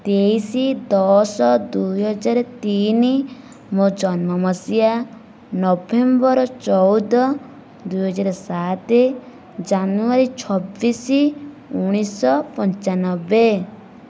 ତେଇଶ ଦଶ ଦୁଇ ହଜାର ତିନି ମୋ ଜନ୍ମ ମସିହା ନଭେମ୍ବର ଚଉଦ ଦୁଇ ହଜାର ସାତ ଜାନୁଆରୀ ଛବିଶ ଉଣେଇଶହ ପଞ୍ଚାନବେ